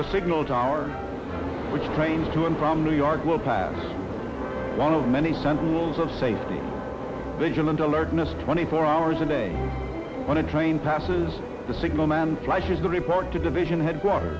a signal to our which trains to and from new york will pass one of many sentinels of safety vigilant alertness twenty four hours a day when a train passes the signal and flashes the report to division headquarter